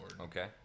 Okay